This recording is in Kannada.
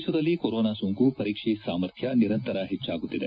ದೇಶದಲ್ಲಿ ಕೊರೊನಾ ಸೋಂಕು ಪರೀಕ್ಷೆ ಸಾಮರ್ಥ್ಯ ನಿರಂತರ ಹೆಚ್ಚಾಗುತ್ತಿದೆ